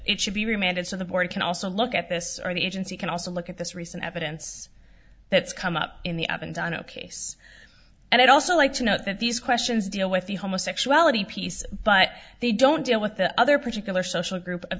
it should be remanded to the board can also look at this or the agency can also look at this recent evidence that's come up in the ovens on a case and i'd also like to note that these questions deal with the homosexuality piece but they don't deal with the other particular social group of